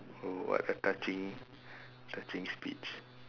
oh what a touching touching speech